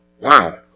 Wow